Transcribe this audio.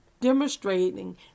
demonstrating